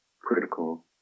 critical